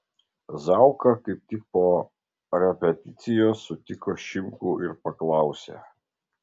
zauka kaip tik po repeticijos sutiko šimkų ir paklausė